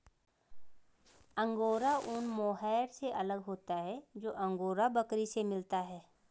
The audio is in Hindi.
अंगोरा ऊन मोहैर से अलग होता है जो अंगोरा बकरी से मिलता है